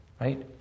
right